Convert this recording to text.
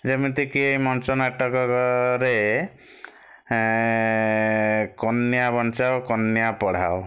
ଯେମିତିକି ଏଇ ମଞ୍ଚ ନାଟକ ରେ କନ୍ୟା ବଞ୍ଚାଅ କନ୍ୟା ପଢ଼ାଅ